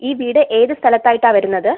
ഈ വീട് ഏത് സ്ഥലത്ത് ആയിട്ടാണ് വരുന്നത്